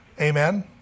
Amen